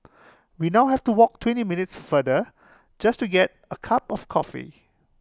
we now have to walk twenty minutes farther just to get A cup of coffee